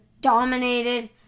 dominated